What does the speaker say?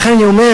לכן אני אומר,